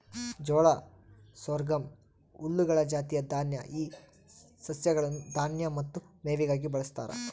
ಜೋಳ ಸೊರ್ಗಮ್ ಹುಲ್ಲುಗಳ ಜಾತಿಯ ದಾನ್ಯ ಈ ಸಸ್ಯಗಳನ್ನು ದಾನ್ಯ ಮತ್ತು ಮೇವಿಗಾಗಿ ಬಳಸ್ತಾರ